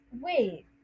Wait